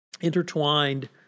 intertwined